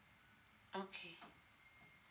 okay